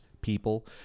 people